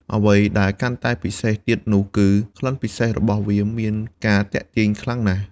អ្វីដែលកាន់តែពិសេសទៀតនោះគឺ ក្លិនពិសេសរបស់វាមានការទាក់ទាញខ្លាំងណាស់។